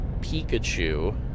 Pikachu